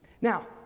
Now